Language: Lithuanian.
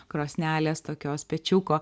krosnelės tokios pečiuko